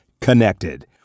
connected